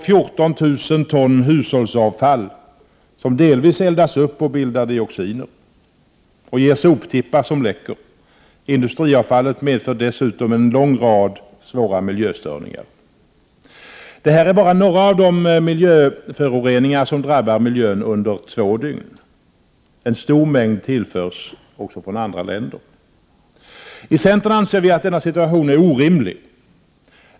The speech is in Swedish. — 14 000 ton hushållsavfall som delvis eldas upp och bildar dioxin. Det ger soptippar som läcker. Industriavfallet medför dessutom en lång rad svåra miljöstörningar. Det här är bara några av de miljöföroreningar som drabbar miljön under två dygn. En stor mängd tillförs även från andra länder. I centern anser vi att denna situation är orimlig.